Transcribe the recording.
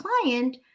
client